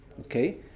Okay